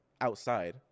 outside